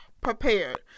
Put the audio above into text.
prepared